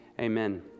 Amen